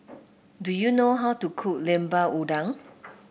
do you know how to cook Lemper Udang